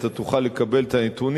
שאתה תוכל לקבל את הנתונים,